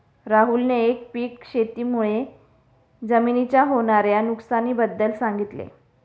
राहुलने एकपीक शेती मुळे जमिनीच्या होणार्या नुकसानी बद्दल सांगितले